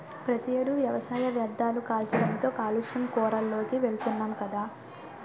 ప్రతి ఏడు వ్యవసాయ వ్యర్ధాలు కాల్చడంతో కాలుష్య కోరల్లోకి వెలుతున్నాం గదా